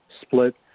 split